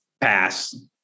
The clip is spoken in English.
Pass